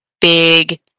big